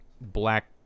black